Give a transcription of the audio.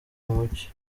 mucyo